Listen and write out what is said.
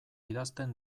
idazten